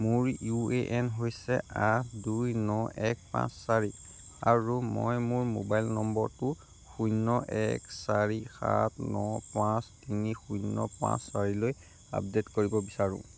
মোৰ U A N হৈছে আঠ দুই ন এক পাঁচ চাৰি আৰু মই মোৰ মোবাইল নম্বৰটো শূন্য এক চাৰি সাত ন পাঁচ তিনি শূন্য পাঁচ চাৰিলৈ আপডে'ট কৰিব বিচাৰোঁ